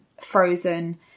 Frozen